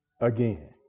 again